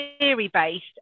theory-based